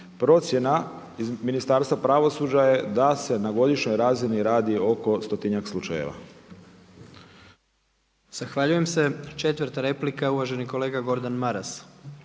Procjena iz Ministarstva pravosuđa je da se na godišnjoj razini radi oko stotinjak slučajeva.